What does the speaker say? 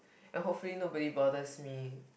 and hopefully nobody bothers me